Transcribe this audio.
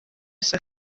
wese